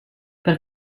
per